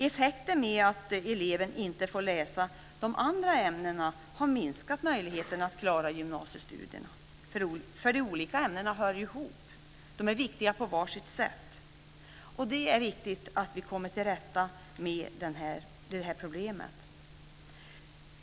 Effekten av att eleverna inte får läsa de andra ämnena har minskat möjligheterna att klara gymnasiestudierna. De olika ämnena hör ihop, och de är viktiga på var sitt sätt. Det är viktigt att vi kommer till rätta med problemet.